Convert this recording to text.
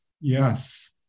Yes